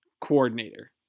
coordinator